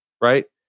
right